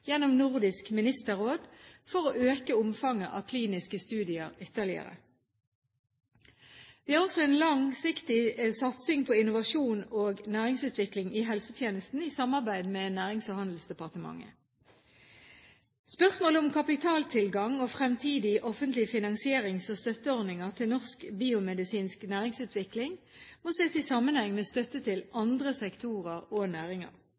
gjennom Nordisk Ministerråd for å øke omfanget av kliniske studier ytterligere. Vi har også en langsiktig satsing på innovasjon og næringsutvikling i helsetjenesten i samarbeid med Nærings- og handelsdepartementet. Spørsmålet om kapitaltilgang og fremtidige offentlige finansierings- og støtteordninger til norsk biomedisinsk næringsutvikling må ses i sammenheng med støtte til andre sektorer og næringer.